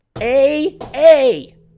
A-A